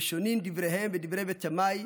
ושונין דבריהן ודברי בית שמאי,